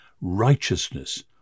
righteousness